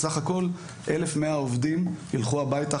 סך הכול 1,100 עובדים ילכו הביתה,